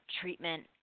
treatment